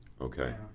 Okay